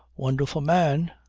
wonderful man?